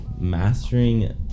mastering